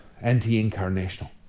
Anti-incarnational